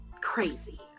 crazy